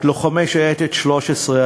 את לוחמי שייטת 13,